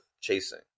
chasing